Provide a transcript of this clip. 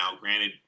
granted